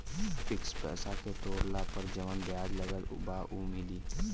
Fix पैसा के तोड़ला पर जवन ब्याज लगल बा उ मिली?